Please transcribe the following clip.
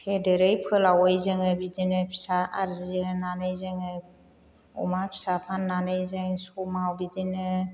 फेदेरै फोलावै जोङो बिदिनो फिसा आर्जिहोनानै जोङो अमा फिसा फाननानै जों समाव बिदिनो